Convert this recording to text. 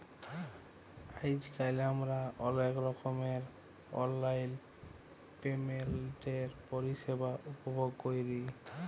আইজকাল আমরা অলেক রকমের অললাইল পেমেল্টের পরিষেবা উপভগ ক্যরি